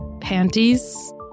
Panties